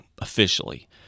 officially